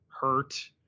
hurt